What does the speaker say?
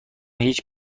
هیچ